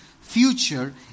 future